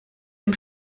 dem